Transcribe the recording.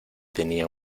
tenía